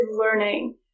learning